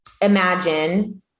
Imagine